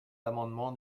l’amendement